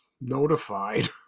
notified